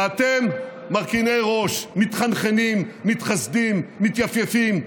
ואתם מרכינים ראש, מתחנחנים, מתחסדים, מתייפייפים.